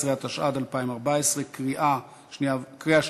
17), התשע"ד 2014. כאמור